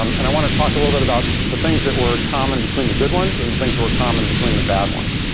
um and i want to talk a little bit about the things that were common between the good ones and the things that were common between the bad ones.